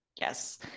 Yes